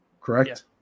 correct